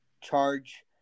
charge